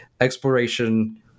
exploration